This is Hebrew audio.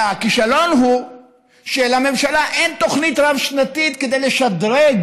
אלא הכישלון הוא שלממשלה אין תוכנית רב-שנתית כדי לשדרג